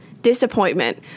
Disappointment